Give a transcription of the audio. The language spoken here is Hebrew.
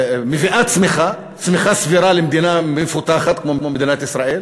שמביאה צמיחה סבירה למדינה מפותחת כמו מדינת ישראל,